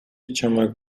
чамайг